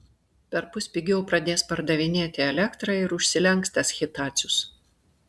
perpus pigiau pradės pardavinėti elektrą ir užsilenks tas hitacius